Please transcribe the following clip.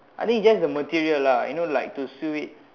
I think it's just the material lah you know like to sew it